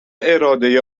اراده